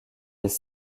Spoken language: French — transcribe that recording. des